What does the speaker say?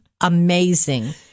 amazing